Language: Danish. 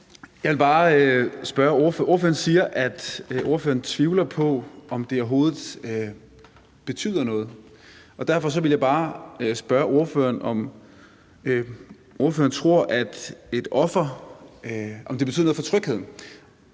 (S): Tak for det. Ordføreren siger, at hun tvivler på, om det overhovedet betyder noget, og derfor vil jeg bare spørge, om ordføreren tror, at det betyder noget for trygheden,